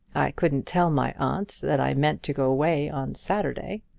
i couldn't tell my aunt that i meant to go away on saturday.